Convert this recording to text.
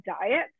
Diet